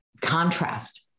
contrast